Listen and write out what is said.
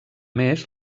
més